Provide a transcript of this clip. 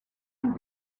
und